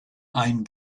ein